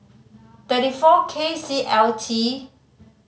thirty four K C L T